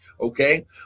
okay